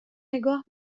نگاه